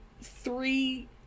three